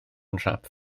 nhrap